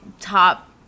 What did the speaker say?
top